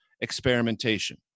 experimentation